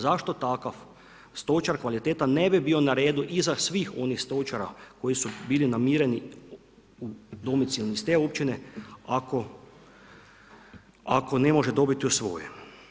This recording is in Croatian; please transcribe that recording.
Zašto takav stočar kvalitetan ne bi bio na redu iza svih onih stočara koji su bili namireni u domicilnim iz te općine ako ne može biti u svojoj?